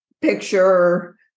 picture